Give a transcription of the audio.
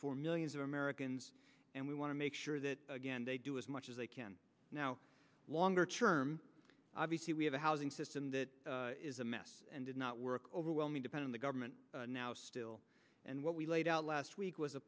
for millions of americans and we want to make sure that they do as much as they can now longer term obviously we have a housing system that is a mess and did not work overwhelming depend on the government now still and what we laid out last week was a